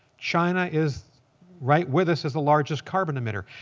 china is right with us as the largest carbon emitter.